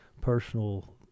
personal